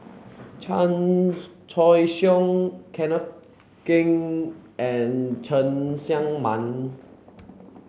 Chan Choy Siong Kenneth Keng and Cheng Tsang Man